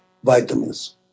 vitamins